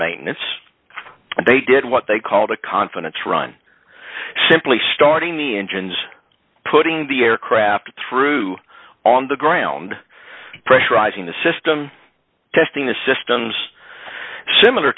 maintenance they did what they called a confidence run simply starting the engines putting the aircraft through on the ground pressurising the system testing the systems similar